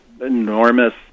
enormous